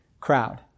crowd